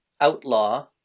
outlaw